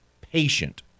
patient